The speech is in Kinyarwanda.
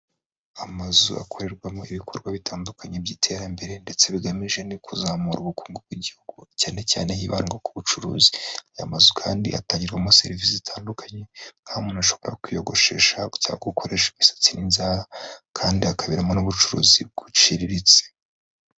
Amazu akorerwamo ibikorwa bitandukanye by'iterambere ndetse bigamije no kuzamura ubukungu bw'igihugu, cyane cyane hibandwa ku bucuruzi. Aya mazu kandi atangirwamo serivisi zitandukanye aho umuntu ashobora kwiyogoshesha cyangwa gukoresha imisatsi n'inzara kandi akaberamo n'ubucuruzi buciriritse.